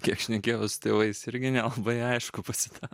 kiek šnekėjau su tėvais irgi nelabai aišku pasitaiko